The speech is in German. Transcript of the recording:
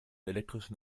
elektrischen